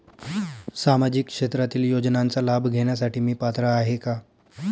सामाजिक क्षेत्रातील योजनांचा लाभ घेण्यास मी पात्र आहे का?